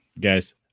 guys